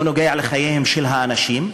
הוא נוגע לחייהם של האנשים,